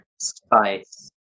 spice